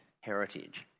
heritage